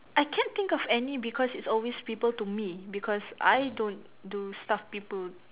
I can't think of any because it's always people to me because I don't do stuff people